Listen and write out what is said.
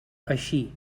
així